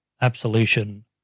absolution